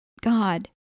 God